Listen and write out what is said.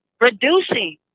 reducing